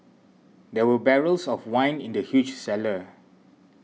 there were barrels of wine in the huge cellar